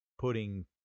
putting